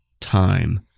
time